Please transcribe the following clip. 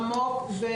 עמוק ומורכב.